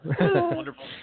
Wonderful